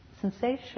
sensation